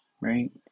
right